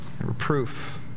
reproof